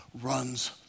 runs